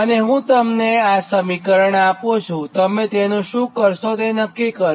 અને હું તમને આ સમીકરણ આપું છુંતમે તેનું શું કરશોતે નક્કી કરો